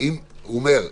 הוא אומר: